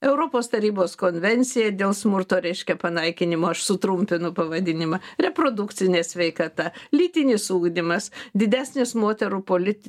europos tarybos konvencija dėl smurto reiškia panaikinimo aš sutrumpinu pavadinimą reprodukcinė sveikata lytinis ugdymas didesnis moterų polit